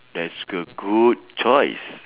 that's good good choice